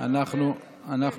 אין צורך.